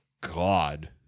God